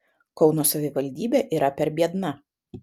kauno savivaldybė yra per biedna